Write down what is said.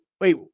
wait